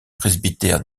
presbytère